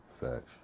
facts